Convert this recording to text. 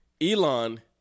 Elon